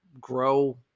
grow